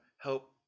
help